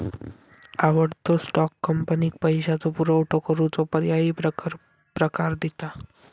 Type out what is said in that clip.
आवडतो स्टॉक, कंपनीक पैशाचो पुरवठो करूचो पर्यायी प्रकार दिता